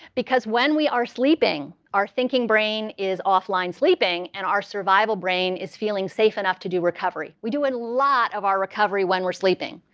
because when we are sleeping, our thinking brain is offline sleeping and our survival brain is feeling safe enough to do recovery. we do a and lot of our recovery when we're sleeping.